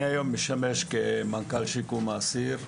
אני היום משמש כמנכ"ל הרשות לקידום האסיר,